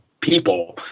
people